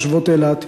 תושבות אילת,